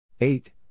Eight